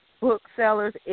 booksellers